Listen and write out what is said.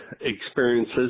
experiences